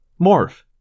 Morph